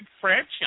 franchise